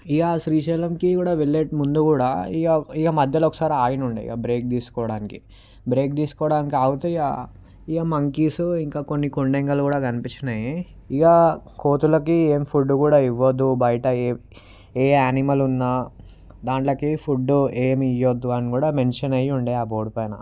ఇక శ్రీశైలంకి కూడా వెళ్ళే ముందు కూడా ఇక ఇగ మధ్యలో ఒకసారి ఆగి ఉండే ఇక బ్రేక్ తీసుకోవడానికి బ్రేక్ తీసుకోవడానికి ఆగితే ఇక ఇక మంకీస్ కొన్ని కొండంగలు కూడా కన్పించాయి ఇక కోతులకి ఏమి ఫుడ్ ఇవ్వద్దు బయటవి ఏ ఏ యానిమల్ ఉన్న దాంట్లకి ఫుడ్డు ఏమి ఇవ్వద్దు అని కూడా మెన్షన్ అయి ఉండే ఆ బోర్డ్ పైన